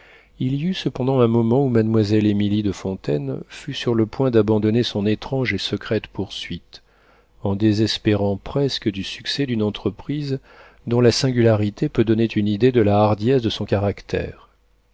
il y eut cependant un moment où mademoiselle emilie de fontaine fut sur le point d'abandonner son étrange et secrète poursuite en désespérant presque du succès d'une entreprise dont la singularité peut donner une idée de la hardiesse de son caractère